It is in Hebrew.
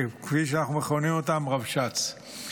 כפי שאנחנו מכנים, רבש"ץ.